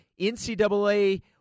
NCAA